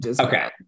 Okay